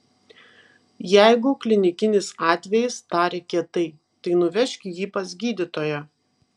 jeigu klinikinis atvejis tarė kietai tai nuvežk jį pas gydytoją